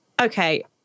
okay